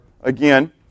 again